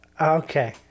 Okay